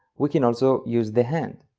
we can also use the hand!